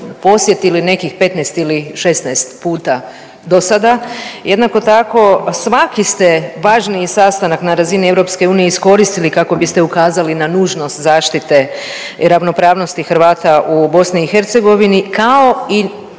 posjetili nekih 15 ili 16 puta dosada. Jednako tako svaki ste važniji sastanak na razini EU iskoristili kako biste ukazali na nužnost zaštite i ravnopravnosti Hrvata u BiH, kao i